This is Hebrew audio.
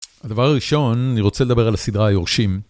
הדבר הראשון, אני רוצה לדבר על הסדרה "היורשים".